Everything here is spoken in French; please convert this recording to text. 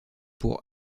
pour